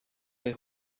will